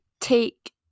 take